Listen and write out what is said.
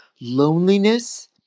loneliness